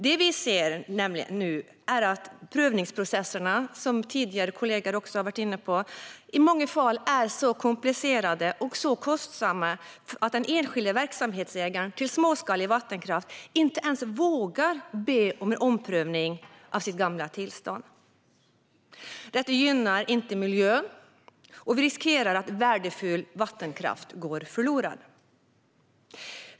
Det vi ser nu är att prövningsprocesserna, som kollegor tidigare varit inne på, i många fall är så komplicerade och kostsamma att den enskilde verksamhetsägaren till småskalig vattenkraft inte ens vågar be om en omprövning av sitt gamla tillstånd. Detta gynnar inte miljön, och vi riskerar att värdefull vattenkraft går förlorad.